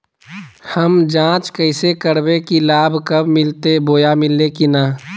हम जांच कैसे करबे की लाभ कब मिलते बोया मिल्ले की न?